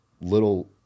little